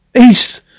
East